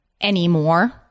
anymore